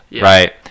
right